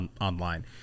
online